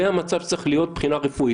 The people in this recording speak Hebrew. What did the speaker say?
זה המצב שצריך להיות מבחינה רפואית?